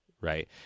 Right